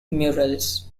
murals